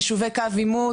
יישובי קו עימות,